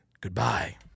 Goodbye